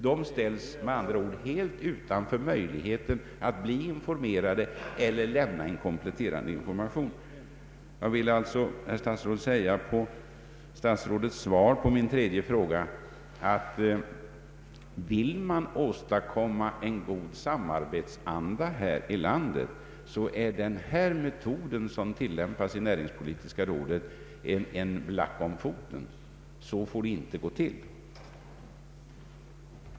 Dessa människor ställs med andra ord helt utanför möjligheten att bli informerade eller lämna en kompletterande information. Jag vill beträffande statsrådets svar på min tredje fråga säga att den meiod som tillämpas i näringspolitiska rådet är en black om foten om man vill åstadkomma en god samarbetsanda i landet. Så får det inte gå till!